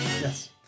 yes